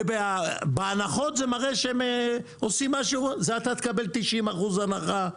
ובהנחות זה מראה אתה תקבל 90% הנחה,